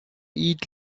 eat